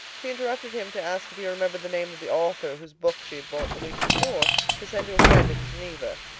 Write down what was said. she interrupted him to ask if he remembered the name of the author whose book she had bought the week before to send to a friend in geneva.